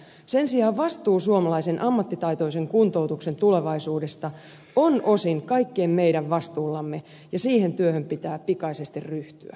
sen sijaan vastuu suomalaisen ammattitaitoisen kuntoutuksen tulevaisuudesta on osin kaikilla meillä ja siihen työhön pitää pikaisesti ryhtyä